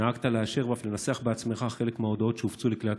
נהגת לאשר ואף לנסח בעצמך חלק מההודעות שהופצו לכלי התקשורת,